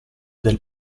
del